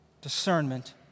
discernment